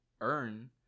earn